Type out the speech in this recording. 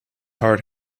heart